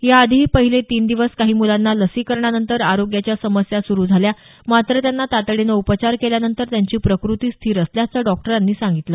याआधीही पहिले तीन दिवस काही मुलांना लसीकरणानंतर आरोग्याच्या समस्या सुरु झाल्या मात्र त्यांना तातडीनं उपचार केल्यानंतर त्यांची प्रकृती स्थिर असल्याचं डॉक्टरांनी सांगितलं